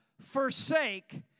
forsake